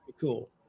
cool